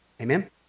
Amen